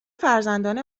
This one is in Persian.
فرزندان